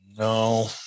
No